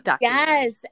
Yes